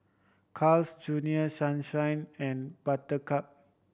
Carl's Junior Sunshine and Buttercup